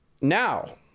Now